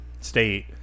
state